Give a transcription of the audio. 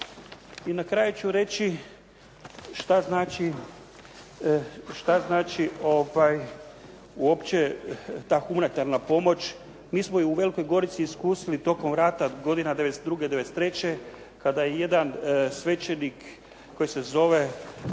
I na kraju ću reći šta znači uopće ta humanitarna pomoć? Mi smo je u Velikoj Gorici iskusili tokom rata godina 1992., 1993. kada je jedan svećenik koji se zove